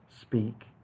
speak